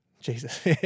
Jesus